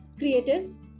creatives